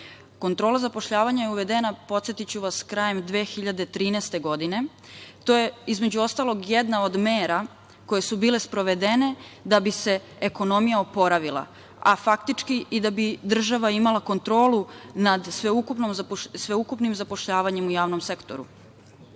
Kontrola zapošljavanja je uvedena, podsetiću vas, krajem 2013. godine. To je između ostalog jedna od mera koje su bile sprovedene da bi se ekonomija oporavila, a faktički i da bi država imala kontrolu nad sveukupnim zapošljavanjem u javnom